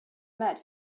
met